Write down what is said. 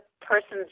person's